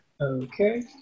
Okay